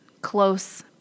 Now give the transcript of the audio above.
close